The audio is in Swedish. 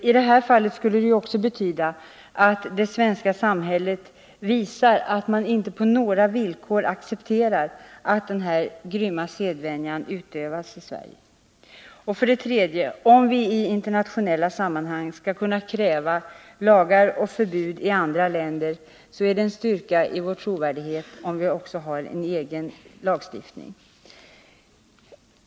I detta fall skulle en lagstiftning också betyda att det svenska samhället visar att det inte på några villkor accepterar att der här grymma sedvänjan utövas i Sverige. För det tredje: Om vi i internationella sammanhang skall kunna kräva lagar och förbud i andra länder, är det en styrka för vår trovärdighet om vi har en egen lagstiftning på detta område.